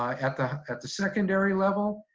at the at the secondary level,